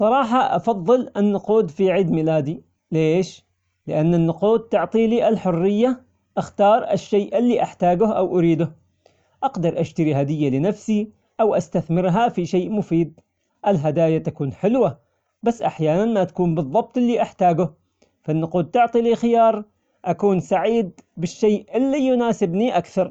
صراحة أفضل النقود في عيد ميلادي، ليش؟ لأن النقود تعطيلي الحرية أختار الشي اللي أحتاجه أو أريده، أقدر أشتري هدية لنفسي أو أستثمرها في شي مفيد، الهدايا تكون حلوة، بس أحيانا ما تكون بالظبط اللي أحتاجه، فالنقود تعطي الخيار أكون سعيد بالشي اللي يناسبني أكثر.